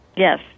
Yes